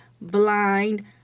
blind